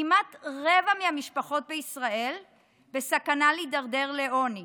כמעט רבע מהמשפחות בישראל בסכנה להידרדר לעוני